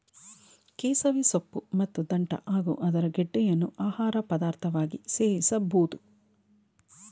ಕೆಸವೆ ಸೊಪ್ಪು ಮತ್ತು ದಂಟ್ಟ ಹಾಗೂ ಅದರ ಗೆಡ್ಡೆಯನ್ನು ಆಹಾರ ಪದಾರ್ಥವಾಗಿ ಸೇವಿಸಬೋದು